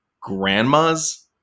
grandmas